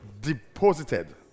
deposited